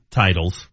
titles